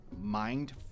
mind